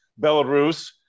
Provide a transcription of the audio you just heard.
Belarus